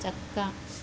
ചക്ക